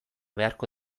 beharko